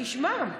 תשמע,